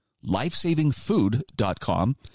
lifesavingfood.com